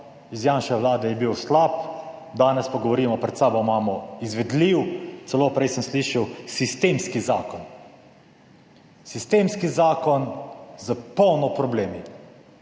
iz Janševe vlade je bil slab, danes pa govorimo, pred sabo imamo izvedljiv, celo prej sem slišal sistemski, zakon. Sistemski zakon s polno problem;